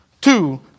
two